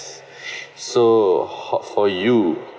so hot for you